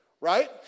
right